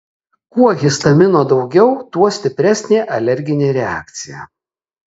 kuo histamino daugiau tuo stipresnė alerginė reakcija